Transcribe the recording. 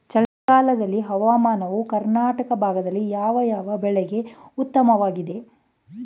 ಚಳಿಗಾಲದ ಹವಾಮಾನವು ಕರ್ನಾಟಕದ ಭಾಗದಲ್ಲಿ ಯಾವ್ಯಾವ ಬೆಳೆಗಳಿಗೆ ಉತ್ತಮವಾಗಿದೆ?